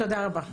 תודה רבה.